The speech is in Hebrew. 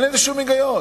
אין בזה שום היגיון,